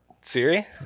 Siri